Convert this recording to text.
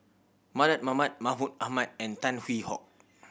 Mardan Mamat Mahmud Ahmad and Tan Hwee Hock